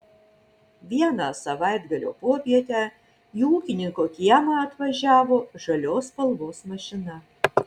vieną savaitgalio popietę į ūkininko kiemą atvažiavo žalios spalvos mašina